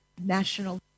national